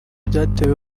byatewe